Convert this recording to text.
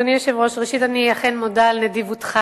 אדוני היושב-ראש, ראשית, אני אכן מודה על נדיבותך,